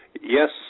Yes